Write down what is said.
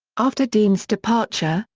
after dean's departure,